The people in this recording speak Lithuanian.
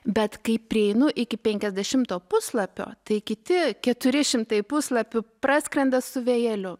bet kai prieinu iki penkiasdešimto puslapio tai kiti keturi šimtai puslapių praskrenda su vėjeliu